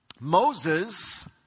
Moses